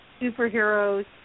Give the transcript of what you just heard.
superheroes